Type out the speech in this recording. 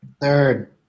Third